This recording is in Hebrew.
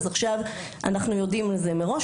עכשיו אנחנו יודעים את זה מראש,